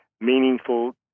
meaningful